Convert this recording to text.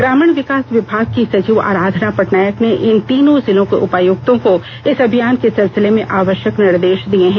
ग्रामीण विकास विभाग की सचिव आराधना पटनायक ने इन तीनों जिलों के उपायुक्त को इस अभियान के सिलसिले में आवश्यक निर्देश दे दिए हैं